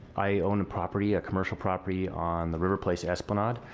i own a property, a commercial property on esplanade.